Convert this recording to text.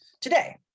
today